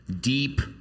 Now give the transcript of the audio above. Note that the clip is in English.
deep